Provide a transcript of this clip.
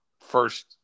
first